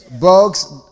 Bugs